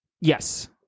Yes